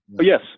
yes